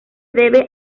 debe